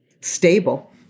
stable